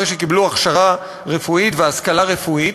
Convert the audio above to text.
אחרי שקיבלו הכשרה רפואית והשכלה רפואית,